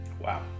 Wow